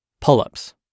pull-ups